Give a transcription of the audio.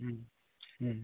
ᱦᱮᱸ ᱦᱮᱸ